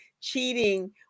cheating